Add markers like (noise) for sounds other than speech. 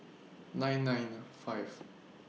nine nine (hesitation) five